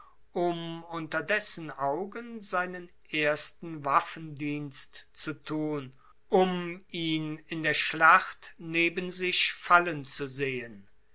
um unter dessen augen seinen ersten waffendienst zu tun um ihn in der schlacht neben sich fallen zu sehen